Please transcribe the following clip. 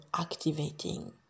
activating